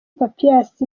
papias